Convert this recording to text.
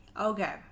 Okay